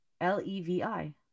L-E-V-I